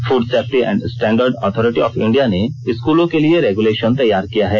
food safety and standard authority of India ने स्कूलों के लिए रेग्यूलेशन तैयार किया है